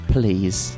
Please